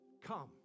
come